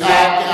גברתי,